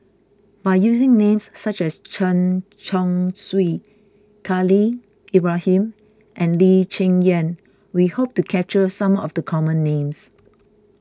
by using names such as Chen Chong Swee Khalil Ibrahim and Lee Cheng Yan we hope to capture some of the common names